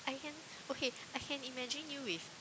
I can okay I can imagine you with